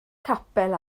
capel